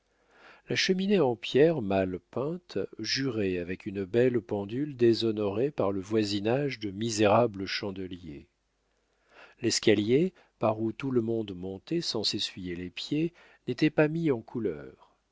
la cheminée en pierre mal peinte jurait avec une belle pendule déshonorée par le voisinage de misérables chandeliers l'escalier par où tout le monde montait sans s'essuyer les pieds n'était pas mis en couleur